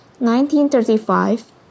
1935